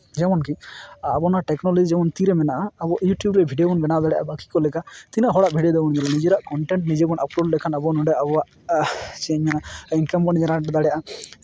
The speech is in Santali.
ᱡᱮᱢᱚᱱᱠᱤ ᱟᱵᱚ ᱱᱚᱣᱟ ᱴᱮᱠᱱᱳᱞᱚᱡᱤ ᱛᱤᱨᱮ ᱢᱮᱱᱟᱜᱼᱟ ᱟᱵᱚ ᱤᱭᱩᱴᱤᱭᱩᱵᱽ ᱨᱮ ᱵᱷᱤᱰᱭᱳ ᱵᱚᱱ ᱵᱮᱱᱟᱣ ᱫᱟᱲᱮᱭᱟᱜᱼᱟ ᱵᱟᱹᱠᱤ ᱠᱚ ᱞᱮᱠᱟ ᱛᱤᱱᱟᱹᱜ ᱦᱚᱲᱟᱜ ᱵᱷᱤᱰᱭᱳ ᱫᱚᱵᱚᱱ ᱧᱮᱞᱟ ᱱᱤᱡᱮᱨᱟᱜ ᱠᱚᱱᱴᱮᱱᱴ ᱱᱤᱡᱮ ᱵᱚᱱ ᱟᱯᱞᱳᱰ ᱞᱮᱠᱷᱟᱱ ᱟᱵᱚ ᱱᱚᱸᱰᱮ ᱟᱵᱚᱣᱟᱜ ᱪᱮᱫ ᱤᱧ ᱢᱮᱱᱟ ᱤᱱᱠᱟᱢ ᱵᱚᱱ ᱡᱮᱱᱟᱨᱮᱴ ᱫᱟᱲᱮᱭᱟᱜᱼᱟ